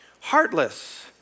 heartless